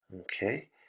Okay